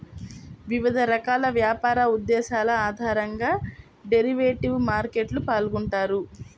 వివిధ రకాల వ్యాపార ఉద్దేశాల ఆధారంగా డెరివేటివ్ మార్కెట్లో పాల్గొంటారు